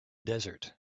desert